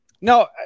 No